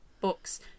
books